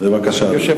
ביום י"ח